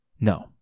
no